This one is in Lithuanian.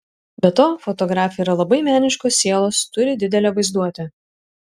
be to fotografė yra labai meniškos sielos turi didelę vaizduotę